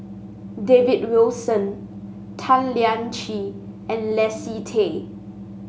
David Wilson Tan Lian Chye and Leslie Tay